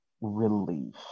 relief